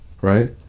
Right